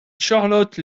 charlotte